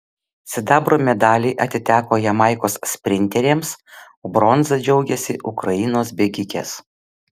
sidabro medaliai atiteko jamaikos sprinterėms o bronza džiaugėsi ukrainos bėgikės